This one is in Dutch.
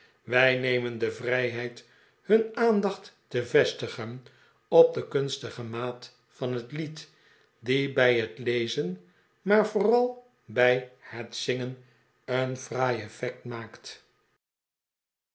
wij nemen de vrijheid hun aandacht te vestigen op de kunstige maat van het lied die bij het lezen maar vooral bij het zingen een fraai effect maakt